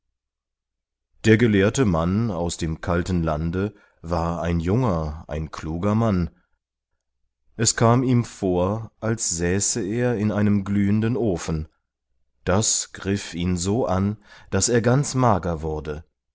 der gelehrte mann aus dem kalten lande war ein junger ein kluger mann es kam ihm vor als säße er in einem glühenden ofen das griff ihn so an daß er ganz mager wurde